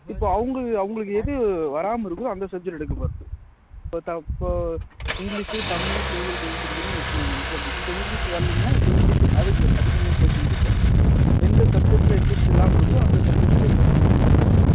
இப்போ அவங்க அவங்களுக்கு எது வராம இருக்குதோ அந்த சப்ஜெக்ட் எடுக்க போகிறோம் இப்போ இங்கிலீஷ்சு தமிழ் சோசியல் சையின்ஸ் ரெண்டுமே இருக்குங்க எக்ஸாம்பிளுக்கு இப்போ இங்கிலீஷ் வர்லேங்கன்னா இப்போ இங்கிலீஷ் அதுக்கு அதிகமாக கோச்சிங் கொடுப்போம் எந்த சப்ஜெக்டில் இன்ட்ரெஸ்ட் இல்லாமல் இருக்குதோ அந்த சப்ஜெக்ட்டுக்கு இன்ட்ரெஸ்ட் கொடுக்கற மாதிரி இருக்கும்